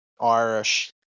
Irish